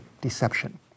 deception